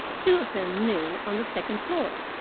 two of them new, on the second floor.